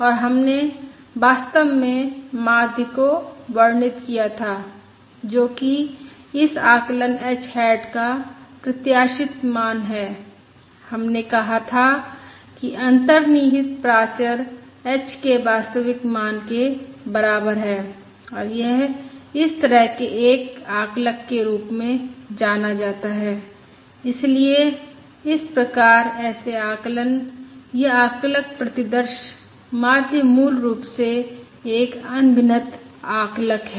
और हमने वास्तव में माध्य को वर्णित किया था जो कि इस आकलन h हैट का प्रत्याशित मान है हमने कहा था कि अंतर्निहित प्राचर h के वास्तविक मान के बराबर है और यह इस तरह के एक आकलक के रूप में जाना जाता है इसलिए इस प्रकार ऐसे आकलन यह आकलक प्रतिदर्श माध्य मूल रूप से एक अनभिनत आकलक है